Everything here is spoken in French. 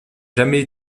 jamais